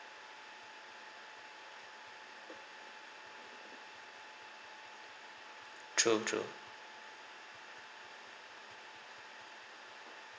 true true